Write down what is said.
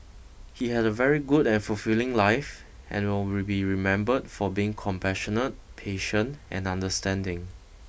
he had a very good and fulfilling life and will be remembered for being compassionate patient and understanding